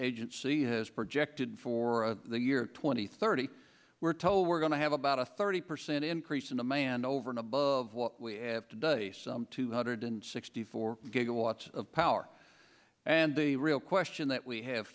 agency has projected for the year twenty thirty we're told we're going to have about a thirty percent increase in demand over and above what we have today some two hundred sixty four gigawatts of power and the real question that we have